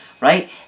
right